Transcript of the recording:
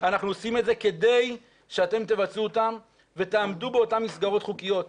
עושים את זה כדי שאתם תבצעו אותם ותעמדו באותן מסגרות חוקיות.